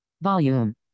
volume